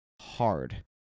hard